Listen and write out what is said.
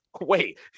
wait